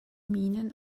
minen